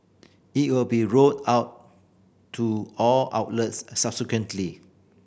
it will be rolled out to all outlets subsequently